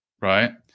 right